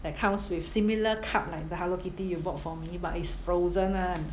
that comes with similar cup like the Hello Kitty you bought for me but it's Frozen [one]